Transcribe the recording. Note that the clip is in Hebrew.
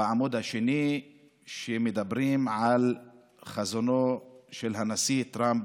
בעמוד השני מדברים על חזונו לשלום של הנשיא טראמפ,